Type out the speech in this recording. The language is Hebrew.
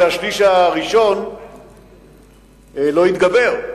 שהשליש הראשון לא יתגבר.